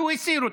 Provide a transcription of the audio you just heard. שהוא הסיר אותה,